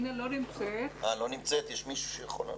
אינה לא נמצאת כאן ואין נציג אחר ממשרד החינוך.